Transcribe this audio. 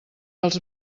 els